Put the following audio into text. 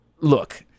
Look